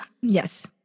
Yes